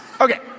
Okay